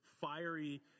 fiery